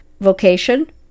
vocation